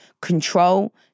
Control